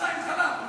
קרטון-שניים חלב.